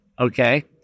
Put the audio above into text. Okay